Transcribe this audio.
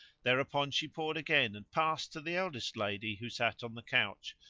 thereupon she poured again and passed to the eldest lady who sat on the couch,